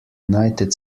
united